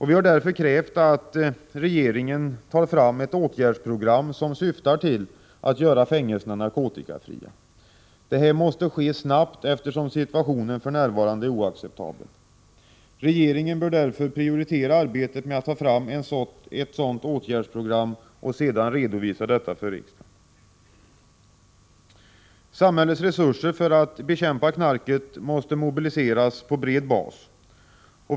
Vi har därför krävt att regeringen tar fram ett åtgärdsprogram som syftar till att göra fängelserna narkotikafria. Detta måste ske snabbt, eftersom situationen för närvarande är oacceptabel. Regeringen bör därför prioritera arbetet med att ta fram ett sådant åtgärdsprogram och sedan redovisa detta för riksdagen. Samhällets resurser för att bekämpa knarket måste mobiliseras på bred bas.